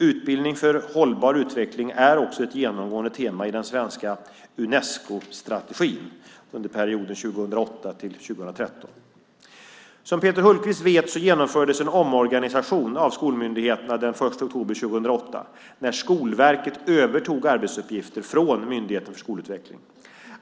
Utbildning för hållbar utveckling är också ett genomgående tema i den svenska Unescostrategin under perioden 2008-2013. Som Peter Hultqvist vet genomfördes en omorganisering av skolmyndigheterna per den 1 oktober 2008 när Skolverket övertog arbetsuppgifter från Myndigheten för skolutveckling.